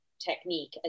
technique